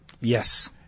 Yes